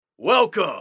Welcome